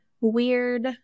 weird